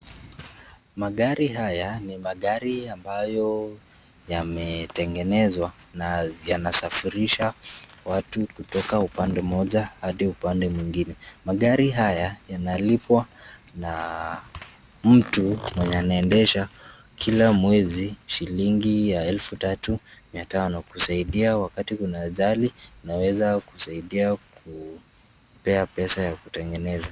Magari haya ni magari ambayo yametengenezwa na yanasafirisha watu kutoka upande moja hadi upande mwingine. Magari haya yanalipwa na mtu mwenye anaendesha kila mwezi shilingi ya elfu tatu mia tano, kusaidia wakati kuna ajali inaweza kusaidia kukupea pesa ya kutengeneza.